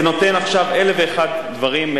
זה נותן עכשיו אלף ואחד דברים,